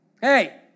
hey